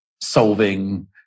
solving